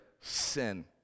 sin